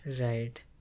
right